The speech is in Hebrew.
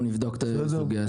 אנחנו נבדוק את הסוגייה.